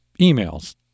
emails